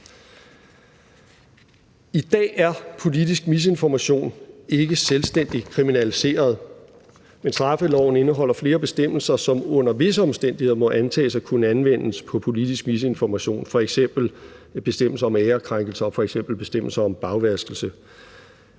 I dag er politisk misinformation ikke selvstændigt kriminaliseret, men straffeloven indeholder flere bestemmelser, som under visse omstændigheder må antages at kunne anvendes på politisk misinformation, f.eks. bestemmelse om æreskrænkelse og bestemmelse om bagvaskelse.